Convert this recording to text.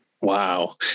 Wow